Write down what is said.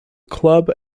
club